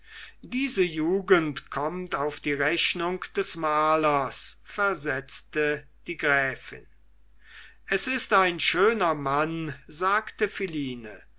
diese jugend kommt auf die rechnung des malers versetzte die gräfin es ist ein schöner mann sagte philine